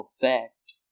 fact